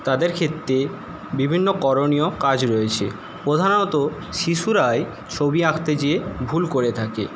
তাদের ক্ষেত্রে বিভিন্ন করণীয় কাজ রয়েছে প্রধানত শিশুরাই ছবি আঁকতে যেয়ে ভুল করে থাকে